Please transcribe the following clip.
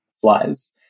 flies